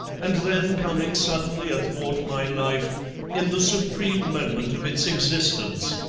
and then coming suddenly athwart my life in the supreme moment of its existence.